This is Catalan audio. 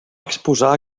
exposar